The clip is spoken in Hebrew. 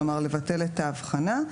כלומר לבטל את האבחנה.